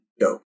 go